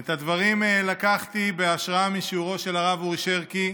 את הדברים לקחתי בהשראה משיעורו של הרב אורי שרקי: